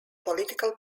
political